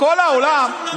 בכל העולם,